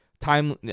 Time